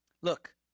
Look